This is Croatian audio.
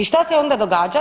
I šta se onda događa?